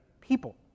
people